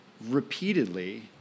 repeatedly